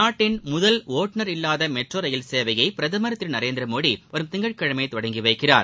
நாட்டின் முதல் ஓட்டுநர் இல்லா மெட்ரோ ரயில் சேவையை பிரதமர் திரு நரேந்திர மோடி வரும் திங்கட்கிழமை தொடங்கி வைக்கிறார்